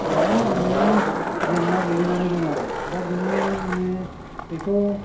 बिराथ मानि जेंना गोलैनानै दङ आरो दा बिनि मानि बेखौ